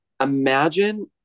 imagine